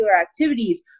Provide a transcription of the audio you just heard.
activities